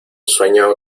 sueño